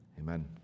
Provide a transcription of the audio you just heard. Amen